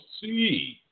see